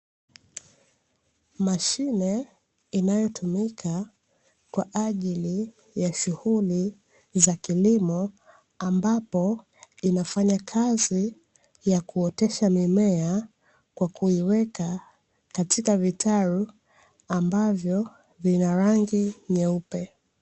Mashine inayotumika kwa ajili ya shughuli za kilimo, ambapo inafanya kazi ya kuotesha mimea, kwa kuiweka katika vitalu, ambavyo vina rangi nyeupe.